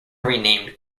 remained